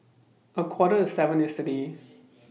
A Quarter to seven yesterday